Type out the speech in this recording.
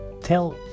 tell